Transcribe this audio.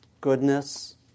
goodness